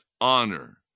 honor